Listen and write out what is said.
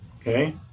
Okay